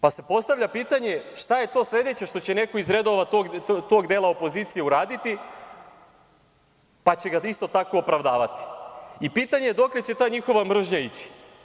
Postavlja se pitanje - šta je to sledeće što će neko iz redova tog dela opozicije uraditi, pa će ga isto tako opravdavati i pitanje je - dokle će ta njihova mržnja ići?